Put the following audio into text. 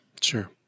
Sure